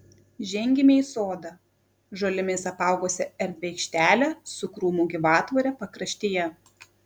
žengėme į sodą žolėmis apaugusią erdvią aikštelę su krūmų gyvatvore pakraštyje